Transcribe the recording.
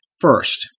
first